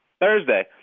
Thursday